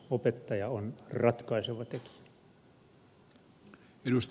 opettaja on ratkaiseva tekijä